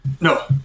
No